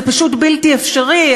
זה פשוט בלתי אפשרי,